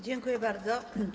Dziękuję bardzo.